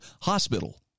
hospital